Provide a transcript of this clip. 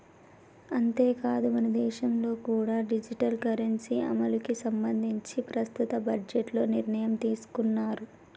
అంతేకాదు మనదేశంలో కూడా డిజిటల్ కరెన్సీ అమలుకి సంబంధించి ప్రస్తుత బడ్జెట్లో నిర్ణయం తీసుకున్నారు